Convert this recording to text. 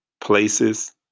places